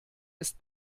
ist